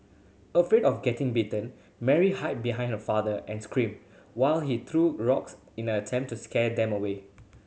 afraid of getting bitten Mary hid behind her father and screamed while he threw rocks in an attempt to scare them away